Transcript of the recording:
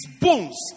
bones